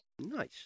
Nice